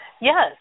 Yes